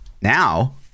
now